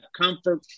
comfort